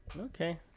Okay